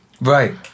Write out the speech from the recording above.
Right